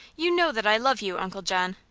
you know that i love you, uncle john.